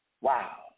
Wow